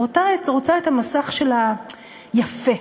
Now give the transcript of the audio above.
רוצות את המסך שלהן יפה,